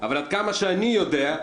עד כמה שאני יודע,